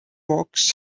box